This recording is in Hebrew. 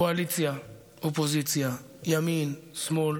קואליציה, אופוזיציה, ימין, שמאל,